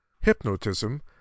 Hypnotism